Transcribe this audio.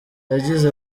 yagize